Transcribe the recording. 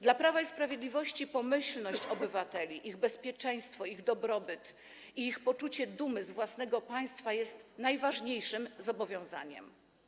Dla Prawa i Sprawiedliwości pomyślność obywateli, ich bezpieczeństwo, ich dobrobyt, ich poczucie dumy z własnego państwa to najważniejsze zobowiązania.